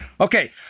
Okay